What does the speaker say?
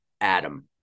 Adam